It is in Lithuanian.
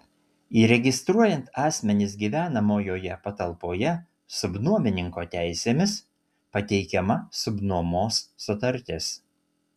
įregistruojant asmenis gyvenamojoje patalpoje subnuomininko teisėmis pateikiama subnuomos sutartis